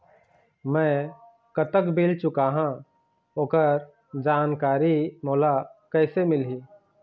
मैं कतक बिल चुकाहां ओकर जानकारी मोला कइसे मिलही?